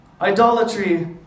idolatry